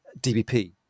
DBP